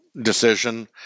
decision